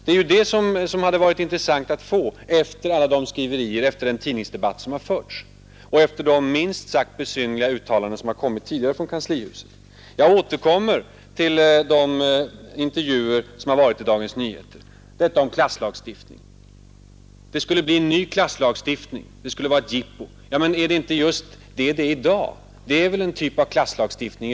Ett sådant medgivande hade varit intressant att få efter alla de tidningsskriverier som förekommit i denna fråga och efter de minst sagt besynnerliga uttalanden som tidigare gjorts från kanslihuset. Jag återkommer till de intervjuer som återgivits i Dagens Nyheter och i vilka det framhållits att det skulle bli en klasslagstiftning och att det skulle vara fråga om ett jippo. Men är det inte i dag, om man vill hårdra detta, som vi har en typ av klasslagstiftning?